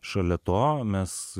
šalia to mes